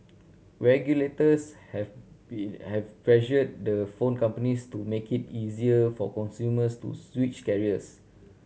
regulators have be have pressured the phone companies to make it easier for consumers to switch carriers